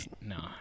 no